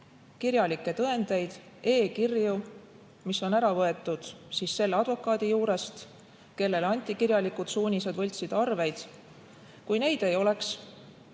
kirjalikke tõendeid, e-kirju, mis on ära võetud selle advokaadi juurest, kellele anti kirjalikud suunised võltsida arveid. Kui neid ei oleks